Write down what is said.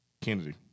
Kennedy